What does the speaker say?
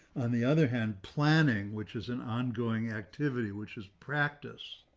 on the other hand planning, which is an ongoing activity, which is practice,